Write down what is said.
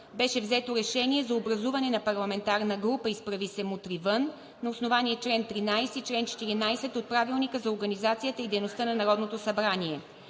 беше взето решение за образуване на парламентарна група „Изправи се! Мутри вън!“ на основание чл. 13 и чл. 14 от Правилника за организацията и дейността на Народното събрание.